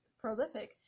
prolific